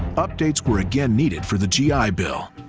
updates were again needed for the gi bill.